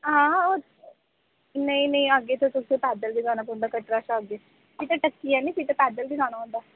हां हां नेईं नेईं अग्गें ते तुसीं पैदल गै जाना पौंदा कटरा शा अग्गें जित्थै टक्की ऐ नि उत्थै पैदल गै जाना होंदा